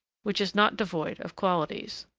which is not devoid of qualities.